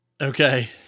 Okay